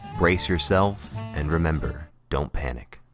brace yourself, and remember. don't panic.